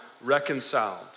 reconciled